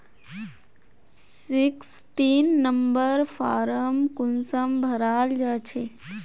Sixteen number form कुंसम भराल जाछे?